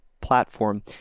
platform